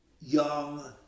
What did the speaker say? young